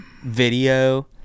video